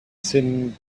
seen